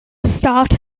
start